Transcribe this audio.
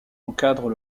encadrent